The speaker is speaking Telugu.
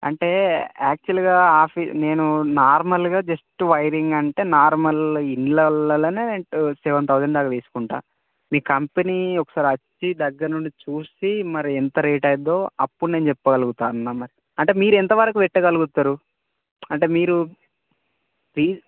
అంటే యాక్చువల్గా ఆఫీ నేను నార్మల్గా జస్ట్ వైరింగ్ అంటే నార్మల్ ఇండ్లల్లోనే జస్ట్ సెవెన్ తౌజండ్ దాకా తీసుకుంటా మీ కంపెనీ ఒకసారి వచ్చి దగ్గర నుండి చూస్తే మరి ఎంత రేట్ అయ్యిద్దో అప్పుడు నేను చెప్పగలుగుతా అన్న మరి అంటే మీరు ఎంత వరకు పెట్టగలుగుతారు అంటే మీరు